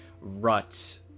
rut